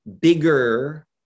bigger